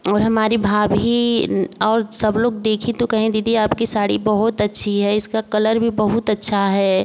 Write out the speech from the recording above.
और हमारी भाभी और सब लोग देखी तो कहें दीदी आपकी साड़ी बहुत अच्छी है इसका कलर भी बहुत अच्छा है